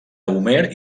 homer